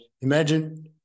imagine